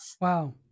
Wow